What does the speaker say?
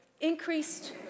increased